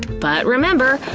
but remember,